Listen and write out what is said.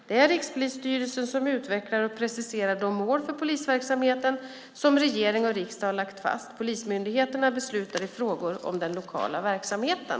Det är Rikspolisstyrelsen som utvecklar och preciserar de mål för polisverksamheten som regering och riksdag har lagt fast. Polismyndigheterna beslutar i frågor om den lokala verksamheten.